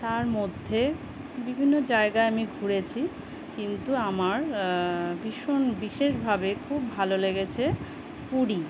তার মধ্যে বিভিন্ন জায়গা আমি ঘুরেছি কিন্তু আমার ভীষণ বিশেষভাবে খুব ভালো লেগেছে পুরী